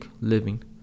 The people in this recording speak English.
living